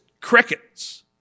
crickets